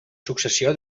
successió